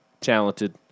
talented